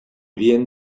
bien